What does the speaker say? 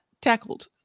tackled